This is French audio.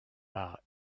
par